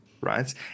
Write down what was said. right